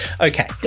Okay